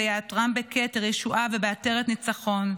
ויעטרם בכתר ישועה ובעטרת ניצחון.